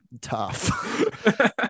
Tough